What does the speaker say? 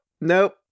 Nope